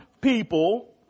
people